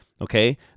okay